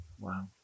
Wow